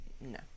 No